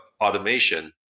automation